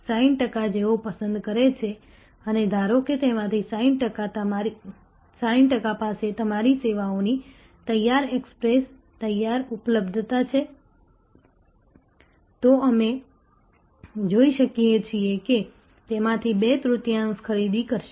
60 ટકા જેઓ પસંદ કરે છે અને ધારો કે તેમાંથી 60 ટકા પાસે તમારી સેવાઓની તૈયાર ઍક્સેસ તૈયાર ઉપલબ્ધતા છે તો અમે જોઈ શકીએ છીએ કે તેમાંથી બે તૃતીયાંશ ખરીદી કરશે